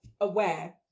aware